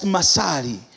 Masari